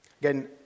Again